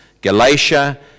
Galatia